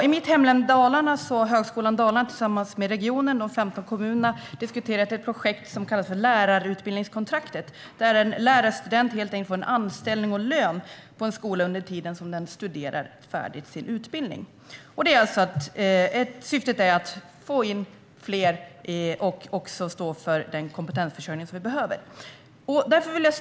I mitt hemlän Dalarna har Högskolan Dalarna tillsammans med regionen och de 15 kommunerna diskuterat ett projekt som kallas lärarutbildningskontraktet. En lärarstudent får anställning på en skola och lön under tiden som denne går färdigt sin utbildning. Syftet är att få in fler studenter och stå för den kompetensförsörjning som behövs.